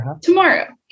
tomorrow